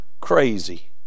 crazy